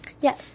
Yes